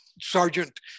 sergeant